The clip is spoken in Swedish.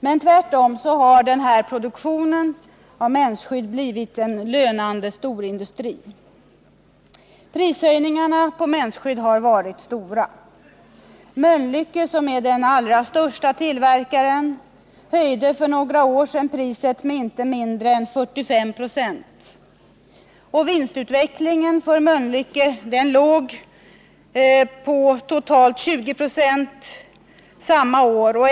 Men produktionen av mensskydd har tvärtom blivit en lönande storindustri. Prishöjningarna på mensskydd har varit stora. Mölnlycke, som är den allra största tillverkaren, höjde för några år sedan priset med inte mindre än 45 96, och vinstutvecklingen för Mölnlycke låg på totalt 20 926 samma år.